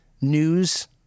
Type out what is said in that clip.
news